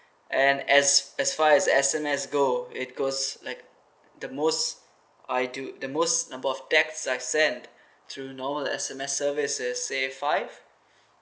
and as as far as S_M_S go it goes like the most I do the most number of text I've sent through normal S_M_S service is say five